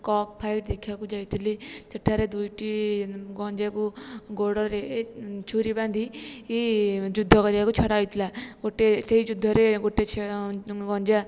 କକ୍ fight ଦେଖିବାକୁ ଯାଇଥିଲି ସେଠାରେ ଦୁଇଟି ଗଞ୍ଜାକୁ ଗୋଡ଼ରେ ଛୁରୀ ବାନ୍ଧି କି ଯୁଦ୍ଧ କରିବାକୁ ଛଡ଼ା ହେଇଥିଲା ଗୋଟେ ସେହି ଯୁଦ୍ଧରେ ଗୋଟେ ଗଞ୍ଜା